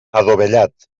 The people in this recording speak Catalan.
adovellat